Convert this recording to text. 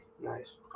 Nice